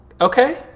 okay